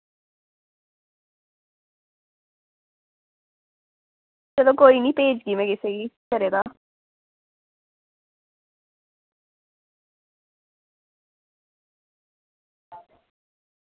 चलो कोई निं भेजगी में कुसै गी घरै दा